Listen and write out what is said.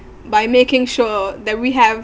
by making sure that we have